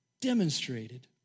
demonstrated